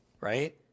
right